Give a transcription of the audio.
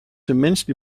immensely